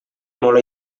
molt